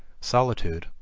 solitude,